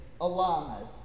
alive